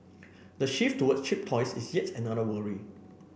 the shift toward cheap toys is yet another worry